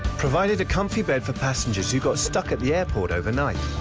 provided a comfy bed for passengers who got stuck at the airport overnight.